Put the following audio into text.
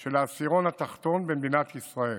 של העשירון התחתון במדינת ישראל.